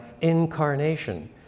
incarnation